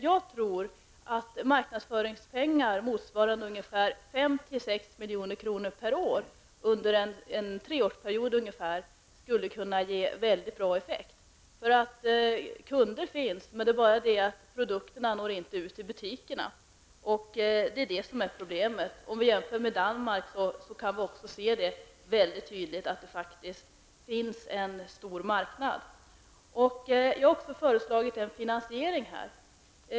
Jag tror att marknadsföringspengar motsvarande 5--6 milj.kr. per år under en treårsperiod skulle kunna ge mycket bra effekt: Kunder finns, men produkterna når inte ut till butikerna. Det är problemet. Om vi jämför med Danmark kan vi också tydligt se att det faktiskt finns en stor marknad. Jag har också föreslagit en finansiering.